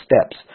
steps